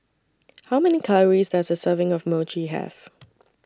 How Many Calories Does A Serving of Mochi Have